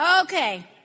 Okay